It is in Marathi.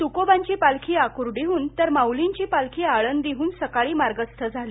त्कोबांची पालखी आक्डीहृन तर माऊलींची पालखी आळंदीहृन सकाळी मार्गस्थ झाली